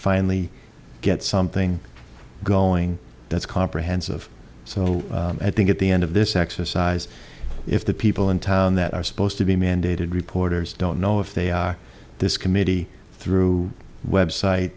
finally get something going that's comprehensive so i think at the end of this exercise if the people in town that are supposed to be mandated reporters don't know if they are this committee through website